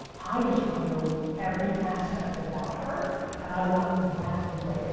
i just want to know every aspect about her and i want that in play.